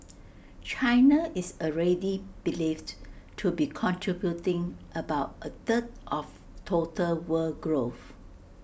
China is already believed to be contributing about A third of total world growth